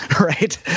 right